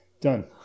done